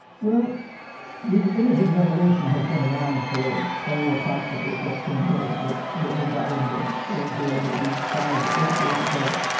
well the imaging revolution has been around for, oh, approximately fifteen years, it really got into full gear maybe five to eight years ago.